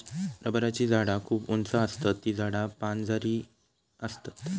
रबराची झाडा खूप उंच आसतत ती झाडा पानझडी आसतत